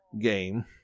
game